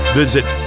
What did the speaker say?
visit